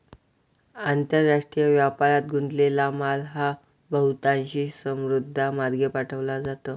आंतरराष्ट्रीय व्यापारात गुंतलेला माल हा बहुतांशी समुद्रमार्गे पाठवला जातो